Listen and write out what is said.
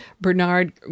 Bernard